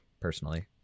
personally